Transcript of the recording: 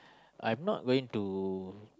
I'm not going to